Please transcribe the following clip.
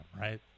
right